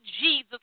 Jesus